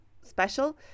special